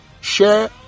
share